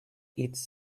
its